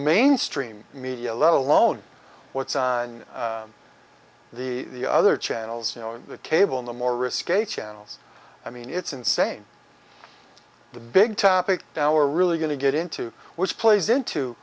mainstream media let alone what's on the other channels you know the cable in the more risque channels i mean it's insane the big topic now are really going to get into which plays into